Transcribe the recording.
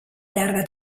llarga